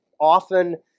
often